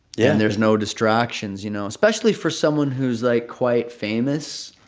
yeah and there's no distractions, you know, especially for someone who's, like, quite famous,